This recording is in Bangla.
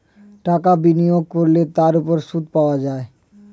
টাকা বিনিয়োগ করলে তার উপর সুদ পাওয়া যায়